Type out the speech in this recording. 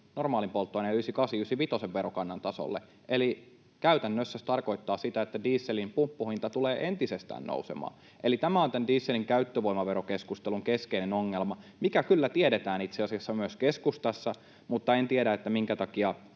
ysikasin ja ysivitosen verokannan tasolle. Käytännössä se tarkoittaa sitä, että dieselin pumppuhinta tulee entisestään nousemaan. Eli tämä on tämän dieselin käyttövoimaverokeskustelun keskeinen ongelma, mikä kyllä tiedetään itse asiassa myös keskustassa, mutta en tiedä, minkä takia